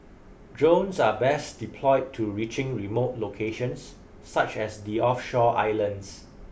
drones are best deployed to reaching remote locations such as the offshore islands